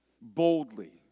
boldly